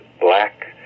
black